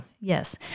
Yes